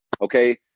okay